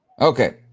Okay